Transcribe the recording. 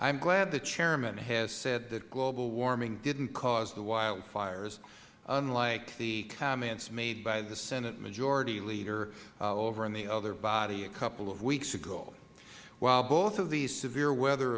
am glad the chairman has said that global warming didn't cause the wildfires unlike the comments made by the senate majority leader over in the other body a couple of weeks ago while both of these severe weather